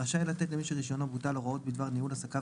רשאי לתת למי שרישיונו בוטל הוראות בדבר ניהול עסקיו,